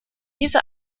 diese